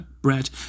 bread